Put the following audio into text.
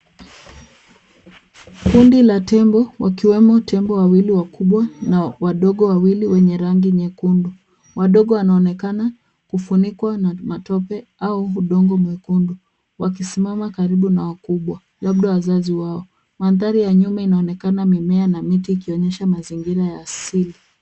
Kundi la tembo wakiwemo, tembo wawili wakubwa na wadogo wawili, wenye rangi nyekundu. Wadogo wanaonekana kufunikwa na matope au udongo mwekundu, wakisimama karibu na wakubwa, labda wazazi wao. Mandhari ya nyuma inaonekana mimea na miti ikionyesha mazingira ya asili.